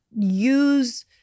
use